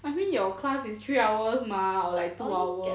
I mean your class is like three hours mah or like two hours